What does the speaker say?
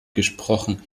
gesprochen